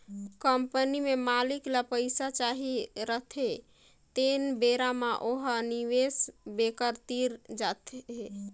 company में मालिक ल पइसा चाही रहथें तेन बेरा म ओ ह निवेस बेंकर तीर जाथे